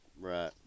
Right